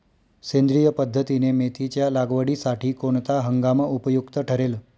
सेंद्रिय पद्धतीने मेथीच्या लागवडीसाठी कोणता हंगाम उपयुक्त ठरेल?